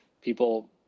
people